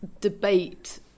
debate